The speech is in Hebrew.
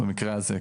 במקרה הזה,